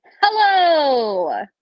Hello